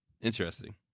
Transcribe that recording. Interesting